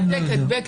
העתק הדבק,